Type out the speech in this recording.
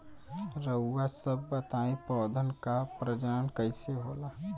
रउआ सभ बताई पौधन क प्रजनन कईसे होला?